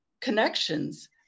connections